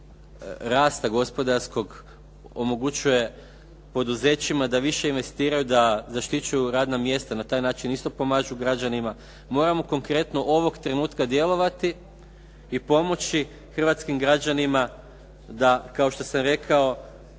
rasta gospodarskog omogućuje poduzećima da više investiraju, da zaštićuju radna mjesta. Na taj način isto pomažu građanima. Moramo konkretno ovog trenutnog djelovati i pomoći hrvatskim građanima da kao što sam rekao,